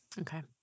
Okay